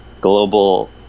global